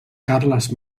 carles